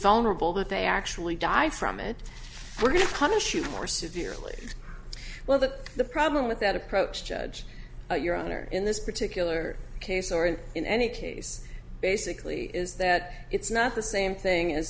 vulnerable that they actually die from it we're going to punish you more severely well that the problem with that approach judge your honor in this particular case or in any case basically is that it's not the same thing